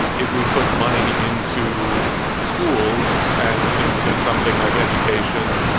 if we put money into schools and into something like education,